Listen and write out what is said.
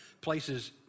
places